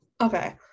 Okay